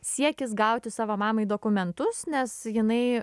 siekis gauti savo mamai dokumentus nes jinai